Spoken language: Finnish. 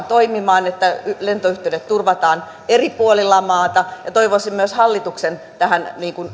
toimimaan että lentoyhteydet turvataan eri puolilla maata ja toivoisin myös hallituksen tähän